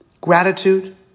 gratitude